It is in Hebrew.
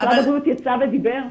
משרד הבריאות יצא ודיבר?